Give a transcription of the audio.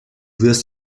wirst